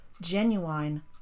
Genuine